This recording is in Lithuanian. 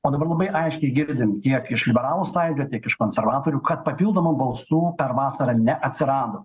o dabar labai aiškiai girdim tiek iš liberalų sąjūdžio tiek iš konservatorių kad papildomų balsų per vasarą neatsirado